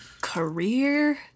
career